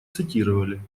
цитировали